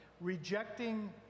rejecting